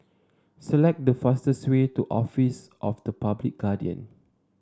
select the fastest way to Office of the Public Guardian